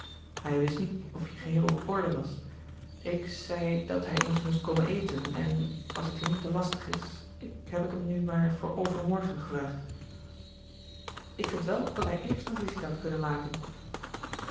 hij wist niet of je geheel op orde was ik zei dat hij eens moest komen eten en als het je niet te lastig is heb ik hem nu maar voor overmorgen gevraagd ik vind wel dat hij eerst een visite had kunnen maken